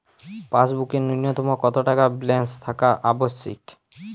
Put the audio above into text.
পাসবুকে ন্যুনতম কত টাকা ব্যালেন্স থাকা আবশ্যিক?